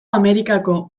amerikako